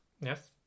Yes